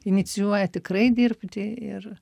inicijuoja tikrai dirbti ir